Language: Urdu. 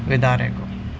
ادارے کو